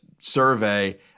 survey